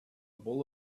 bowl